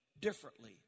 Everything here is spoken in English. differently